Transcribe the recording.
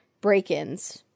break-ins